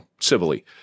civilly